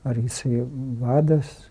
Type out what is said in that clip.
ar jisai vadas